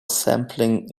sampling